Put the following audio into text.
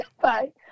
Bye